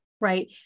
right